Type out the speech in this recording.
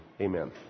Amen